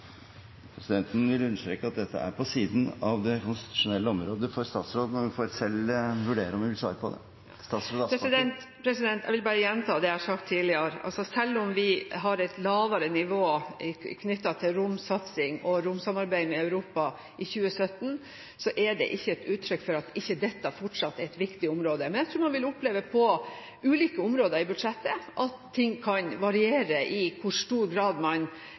Presidenten vil understreke at dette er på siden av det konstitusjonelle området for statsråden. Hun får selv vurdere om hun vil svare på det. Jeg vil bare gjenta det jeg har sagt tidligere: Selv om vi har et lavere nivå knyttet til romsatsing og romsamarbeid med Europa i 2017, er det ikke et uttrykk for at ikke dette fortsatt er et viktig område. Men jeg tror man på ulike områder i budsjettet vil oppleve at det kan variere i hvor stor grad man